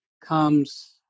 comes